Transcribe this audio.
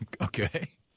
Okay